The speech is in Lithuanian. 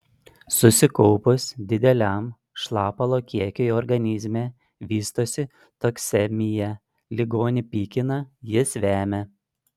susikaupus dideliam šlapalo kiekiui organizme vystosi toksemija ligonį pykina jis vemia